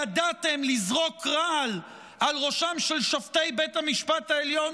ידעתם לזרוק רעל על ראשם של שופטי בית המשפט העליון